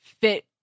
fit